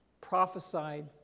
prophesied